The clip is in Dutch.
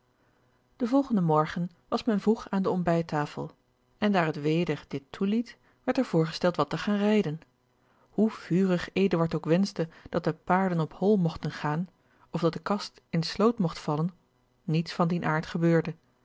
den volgenden morgen was men vroeg aan de ontbijttafel en daar het weder dit toeliet werd er voorgesteld wat te gaan rijden hoe vurig eduard ook wenschte dat de paarden op hol mogten gaan of dat de kast in de sloot mogt vallen niets van dien aard gebeurde